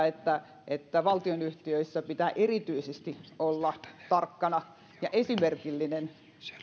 että erityisesti valtionyhtiöissä pitää olla tarkkana ja esimerkillinen